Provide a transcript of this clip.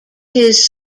his